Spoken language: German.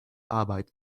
arbeit